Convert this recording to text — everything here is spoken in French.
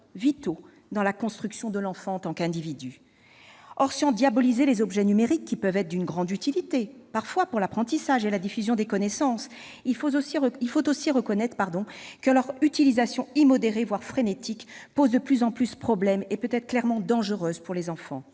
vitaux dans la construction de l'enfant en tant qu'individu. Or, sans diaboliser les objets numériques, qui peuvent être parfois d'une grande utilité pour l'apprentissage et la diffusion des connaissances, par exemple, il faut reconnaître que leur utilisation immodérée, voire frénétique, pose de plus en plus problème et peut être clairement dangereuse pour les enfants.